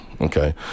Okay